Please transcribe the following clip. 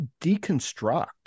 deconstruct